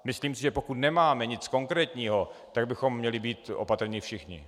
Myslím si, že pokud nemáme nic konkrétního, tak bychom měli být opatrní všichni.